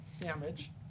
damage